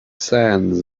sands